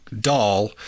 Doll